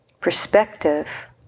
Perspective